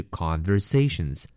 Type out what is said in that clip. conversations